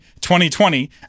2020